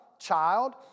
child